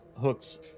hooks